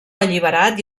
alliberat